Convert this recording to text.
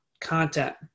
content